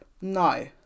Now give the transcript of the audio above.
no